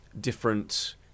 different